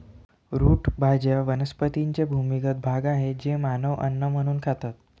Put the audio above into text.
route भाज्या वनस्पतींचे भूमिगत भाग आहेत जे मानव अन्न म्हणून खातात